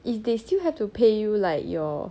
if they still have to pay you like your